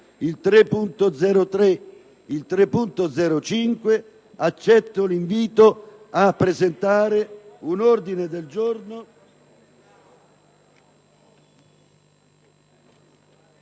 3.0.3 e 3.0.5, accetto l'invito a presentare un ordine del giorno,